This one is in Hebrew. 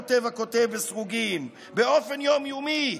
כותב הכותב בסרוגים, "באופן יום-יומי".